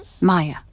Maya